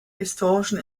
historischen